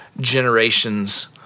generations